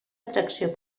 atracció